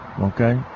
Okay